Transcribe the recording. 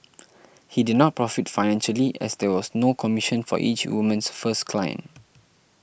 he did not profit financially as there was no commission for each woman's first client